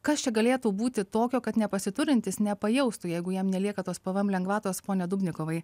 kas čia galėtų būti tokio kad nepasiturintys nepajaustų jeigu jiem nelieka tos pvm lengvatos pone dubnikovai